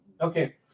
Okay